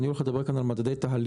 אני הולך לדבר כאן על מדדי תהליך,